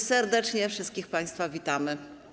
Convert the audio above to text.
Serdecznie wszystkich państwa witamy.